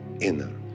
inner